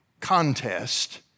contest